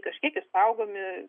kažkiek išaugomi